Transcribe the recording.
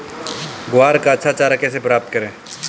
ग्वार का अच्छा चारा कैसे प्राप्त करें?